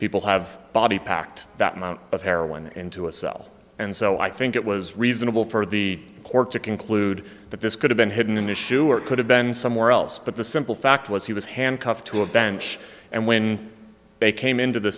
people have body packed that amount of heroin into a cell and so i think it was reasonable for the court to conclude that this could have been hidden an issue or it could have been somewhere else but the simple fact was he was handcuffed to a bench and when they came into the